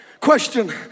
Question